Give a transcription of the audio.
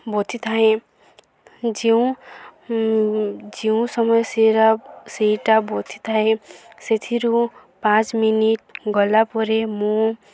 ବତୁରିଥାଏ ଯେଉଁ ଯେଉଁ ସମୟ ସେଟା ସେଇଟା ବତୁରିଥାଏ ସେଥିରୁ ପାଞ୍ଚ ମିନିଟ୍ ଗଲା ପରେ ମୁଁ